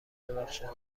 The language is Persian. ببخشند